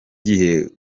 gihe